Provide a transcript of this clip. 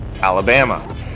alabama